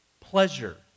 Pleasure